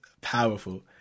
powerful